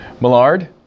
Millard